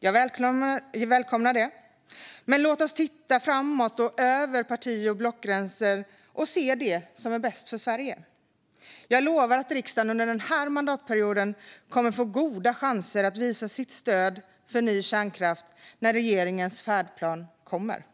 Jag välkomnar det. Men låt oss titta framåt, över parti och blockgränser, och se det som är bäst för Sverige! Jag lovar att riksdagen under denna mandatperiod kommer att få goda chanser att visa sitt stöd för ny kärnkraft när regeringens färdplan kommer.